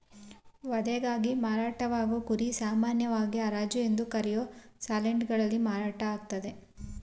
ವಧೆಗಾಗಿ ಮಾರಾಟವಾಗೋ ಕುರಿ ಸಾಮಾನ್ಯವಾಗಿ ಹರಾಜು ಎಂದು ಕರೆಯೋ ಸೇಲ್ಯಾರ್ಡ್ಗಳಲ್ಲಿ ಮಾರಾಟ ಆಗ್ತದೆ